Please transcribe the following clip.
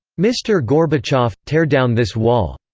mr. gorbachev, tear down this wall!